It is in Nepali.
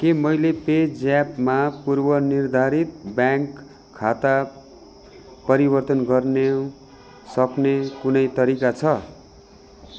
के मैले पेज्यापमा पूर्वनिर्धारित ब्याङ्क खाता परिवर्तन गर्ने सक्ने कुनै तरिका छ